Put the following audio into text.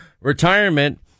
retirement